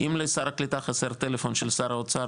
עם לשר הקליטה חסר טלפון של שר האוצר,